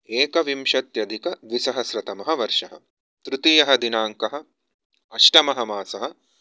एकविंशत्यधिकद्विसहस्रतमवर्षः तृतीयदिनाङ्कः अष्टममासः